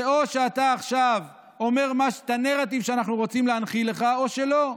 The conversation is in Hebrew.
זה או שאתה עכשיו אומר את הנרטיב שאנחנו רוצים להנחיל לך או שלא.